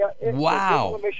Wow